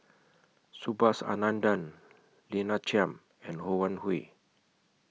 Subhas Anandan Lina Chiam and Ho Wan Hui